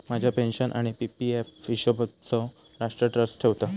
माझ्या पेन्शन आणि PP F हिशोबचो राष्ट्र ट्रस्ट ठेवता